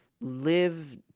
live